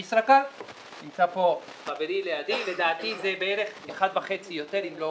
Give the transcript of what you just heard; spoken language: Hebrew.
"ישראכרט" - נמצא פה חברי לידי - לדעתי זה בערך 1.5 יותר אם לא